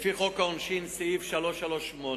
לפי חוק העונשין סעיף 338,